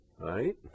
right